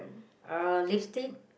uh lipstick